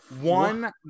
One